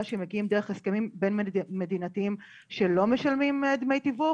שמגיעים דרך הסכמים בין מדינתיים שלא משלמים דמי תיווך,